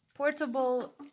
Portable